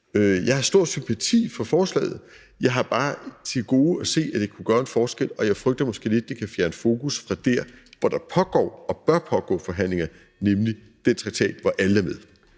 Jeg har stor sympati for forslaget. Jeg har bare til gode at se, at det kunne gøre en forskel, og jeg frygter måske lidt, at det kan fjerne fokus fra der, hvor der pågår og bør pågå forhandlinger, nemlig i forbindelse med